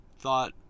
thought